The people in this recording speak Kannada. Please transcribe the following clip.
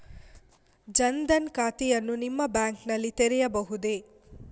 ಜನ ದನ್ ಖಾತೆಯನ್ನು ನಿಮ್ಮ ಬ್ಯಾಂಕ್ ನಲ್ಲಿ ತೆರೆಯಬಹುದೇ?